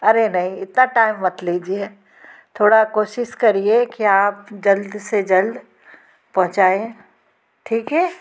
अरे नहीं इतना टाइम मत लीजिए थोड़ा कोशिश करिए कि आप जल्द से जल्द पहोचाएं ठीक है